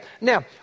Now